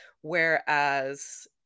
Whereas